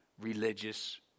religious